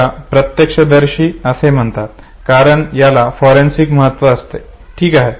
याला प्रत्यक्षदर्शी असे म्हणतात कारण त्याला फॉरेन्सिक महत्त्व असते ठीक आहे